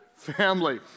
Family